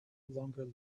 longer